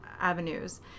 avenues